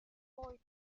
boy